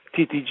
TTG